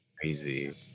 crazy